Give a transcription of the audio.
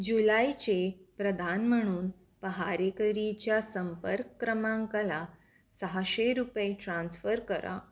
जुलैचे प्रदान म्हणून पहारेकरीच्या संपर्क क्रमांकाला सहाशे रुपये ट्रान्स्फर करा